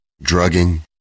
drugging